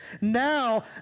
Now